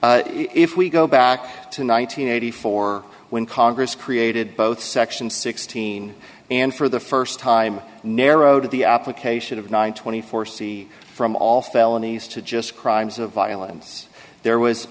r if we go back to nine hundred eighty four when congress created both section sixteen and for the first time narrowed the application of nine twenty four c from all felonies to just crimes of violence there was